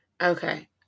Okay